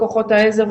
כל כוחות העזר,